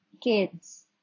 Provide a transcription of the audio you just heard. kids